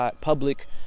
public